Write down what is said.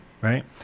right